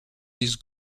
his